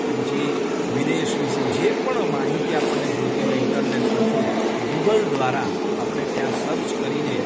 કે પછી વિદેશ વિષે જે પણ માહિતી આપણને જોઈતી હોય ઈન્ટરનેટ પરથી ગૂગલ દ્વારા આપણે ત્યાં સર્ચ કરીને